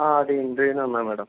ആ അതെ ഇന്റർവ്യൂവിന് വന്നതാണ് മേഡം